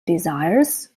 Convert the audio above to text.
desires